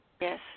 Yes